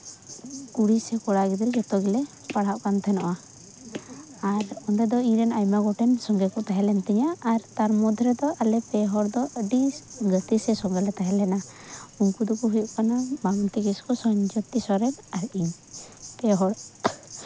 ᱠᱩᱲᱤ ᱥᱮ ᱠᱚᱲᱟ ᱜᱤᱫᱽᱨᱟᱹ ᱡᱚᱛᱚ ᱜᱮᱞᱮ ᱯᱟᱲᱦᱟᱜ ᱞᱟᱱ ᱛᱟᱦᱮᱱᱚᱜᱼᱟ ᱟᱨ ᱚᱸᱰᱮ ᱫᱚ ᱤᱧᱨᱮᱱ ᱟᱭᱢᱟ ᱜᱚᱴᱮᱱ ᱥᱚᱸᱜᱮ ᱠᱚ ᱛᱟᱦᱮᱸ ᱞᱮᱱ ᱛᱤᱧᱟ ᱛᱟᱨ ᱢᱚᱫᱽᱫᱷᱮ ᱨᱮᱫᱚ ᱟᱞᱮ ᱯᱮ ᱦᱚᱲ ᱫᱚ ᱟᱹᱰᱤ ᱜᱟᱛᱮ ᱥᱮ ᱥᱚᱸᱜᱮᱞᱮ ᱛᱟᱦᱮᱸ ᱞᱮᱱᱟ ᱩᱱᱠᱩ ᱫᱚᱠᱚ ᱦᱩᱭᱩᱜ ᱠᱟᱱᱟ ᱩᱢᱟᱵᱚᱛᱤ ᱠᱤᱥᱠᱩ ᱥᱚᱧᱡᱡᱚᱛᱤ ᱥᱚᱨᱮᱱ ᱟᱨ ᱤᱧ ᱯᱮᱦᱚᱲ